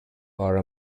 are